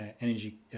energy